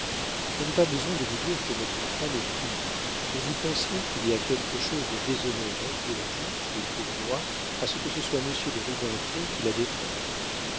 je n'ai pas besoin de vous dire que votre femme est pure mais vous penserez qu'il y a quelque chose de déshonorant pour vous et pour moi à ce que ce soit monsieur de rubempré qui la défende